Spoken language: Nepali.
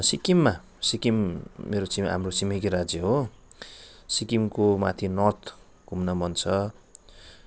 सिक्किममा सिक्किम मेरो चाहिँ हाम्रो छिमेकी राज्य हो सिक्किमको माथि नर्थ घुम्न मन छ